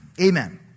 Amen